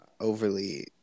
overly